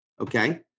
Okay